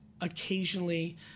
occasionally